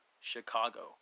Chicago